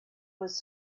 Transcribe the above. was